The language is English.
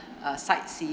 uh sightseeing